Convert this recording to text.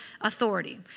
authority